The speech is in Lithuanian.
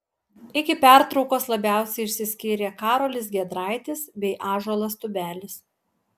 iki pertraukos labiausiai išsiskyrė karolis giedraitis bei ąžuolas tubelis